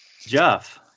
Jeff